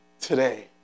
today